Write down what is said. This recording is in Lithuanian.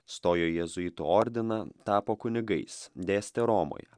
stojo į jėzuitų ordiną tapo kunigais dėstė romoje